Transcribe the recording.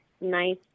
nice